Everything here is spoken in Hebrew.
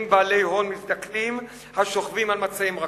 בעלי הון מזדקנים השוכבים על מצעים רכים.